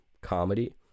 comedy